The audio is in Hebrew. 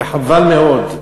וחבל מאוד.